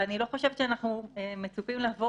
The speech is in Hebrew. ואני לא חושבת שאנחנו מצופים לעבור